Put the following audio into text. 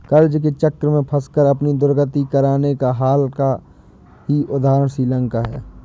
कर्ज के चक्र में फंसकर अपनी दुर्गति कराने का हाल का ही उदाहरण श्रीलंका है